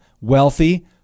wealthy